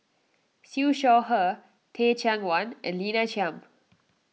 Siew Shaw Her Teh Cheang Wan and Lina Chiam